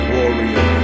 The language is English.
Warrior